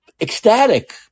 ecstatic